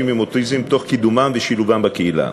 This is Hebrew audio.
עם אוטיזם תוך קידומם ושילובם בקהילה.